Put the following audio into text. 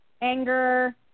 anger